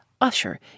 usher